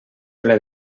ple